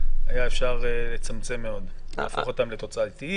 שהיה אפשר לצמצם, להפוך אותם לתוצאתיים.